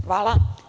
Hvala.